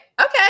Okay